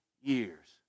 years